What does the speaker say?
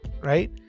Right